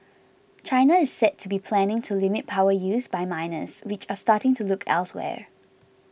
China is said to be planning to limit power use by miners which are starting to look elsewhere